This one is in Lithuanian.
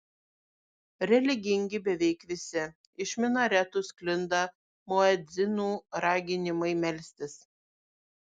religingi beveik visi iš minaretų sklinda muedzinų raginimai melstis